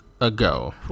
ago